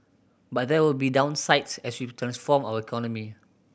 but there will be downsides as we transform our economy